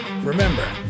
Remember